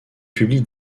publie